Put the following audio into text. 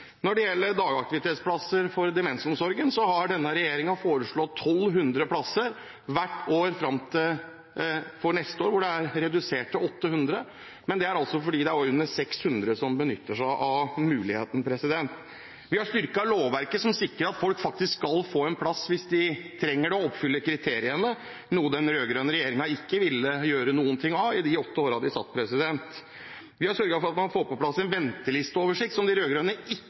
Når det gjelder dagaktivitetsplasser for demensomsorgen, har denne regjeringen foreslått 1 200 plasser hvert år fram til neste år, hvor tallet er redusert til 800, men det er fordi det er under 600 som benytter seg av muligheten. Vi har styrket lovverket som sikrer at folk faktisk skal få en plass hvis de trenger det og oppfyller kriteriene, noe den rød-grønne regjeringen ikke ville gjøre noe med i de åtte årene de satt. Vi har sørget for at man får på plass en ventelisteoversikt, som de rød-grønne ikke